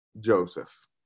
Joseph